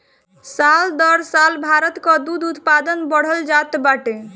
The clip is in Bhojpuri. साल दर साल भारत कअ दूध उत्पादन बढ़ल जात बाटे